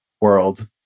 world